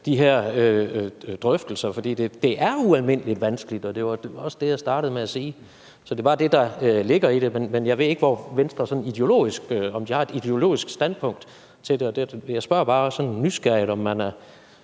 de her drøftelser, for det er ualmindelig vanskeligt, og det var også det, jeg startede med at sige – så det er bare det, der ligger i det. Men jeg ved ikke, om Venstre har et ideologisk standpunkt i forhold til det. Jeg spørger bare sådan nysgerrigt, om man er